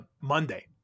Monday